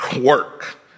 work